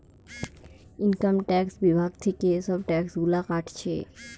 income tax বিভাগ থিকে এসব ট্যাক্স গুলা কাটছে